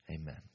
Amen